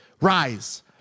Rise